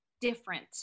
different